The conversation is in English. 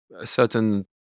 certain